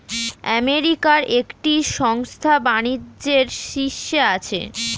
আমেরিকার একটি সংস্থা বাণিজ্যের শীর্ষে আছে